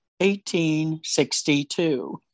1862